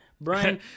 brian